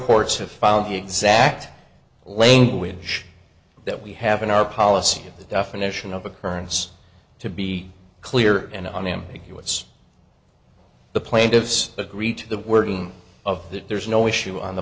courts have found the exact language that we have in our policy that definition of occurrence to be clear and unambiguous the plaintiffs agree to the wording of that there's no issue on the